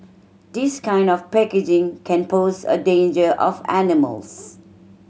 this kind of packaging can pose a danger of animals